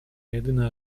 jedyna